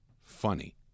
funny